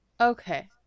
Okay